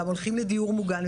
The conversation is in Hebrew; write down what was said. גם הולכים לדיור מוגן,